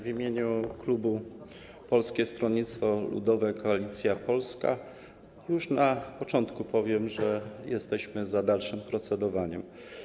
W imieniu klubu Polskie Stronnictwo Ludowe - Koalicja Polska już na początku powiem, że jesteśmy za dalszym procedowaniem.